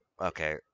okay